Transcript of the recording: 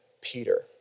Peter